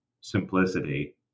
simplicity